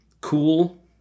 cool